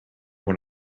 when